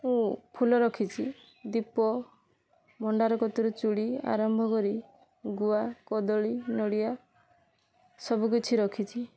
ଓ ଫୁଲ ରଖିଛି ଦୀପ ଭଣ୍ଡାର କତିରୁ ଚୁଡ଼ି ଆରମ୍ଭ କରି ଗୁଆ କଦଳୀ ନଡ଼ିଆ ସବୁକିଛି ରଖିଛି